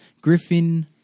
Griffin